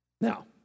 Now